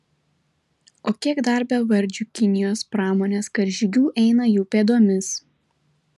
o kiek dar bevardžių kinijos pramonės karžygių eina jų pėdomis